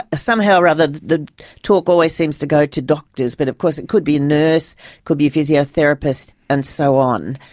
ah somehow or other the talk always seems to go to doctors, but of course it could be a nurse, it could be a physiotherapist and so on.